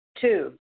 Two